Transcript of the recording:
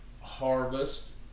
Harvest